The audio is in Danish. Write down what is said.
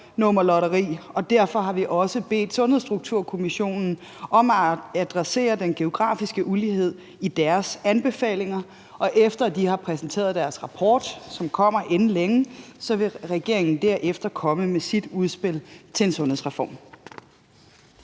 og derfor er vi også bedt Sundhedsstrukturkommissionen om at adressere den geografiske ulighed i deres anbefalinger. Og efter at de har præsenteret deres rapport, som kommer inden længe, vil regeringen komme med sit udspil til en sundhedsreform.